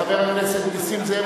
חבר הכנסת נסים זאב,